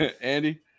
andy